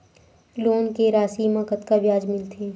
Loan के राशि मा कतका ब्याज मिलथे?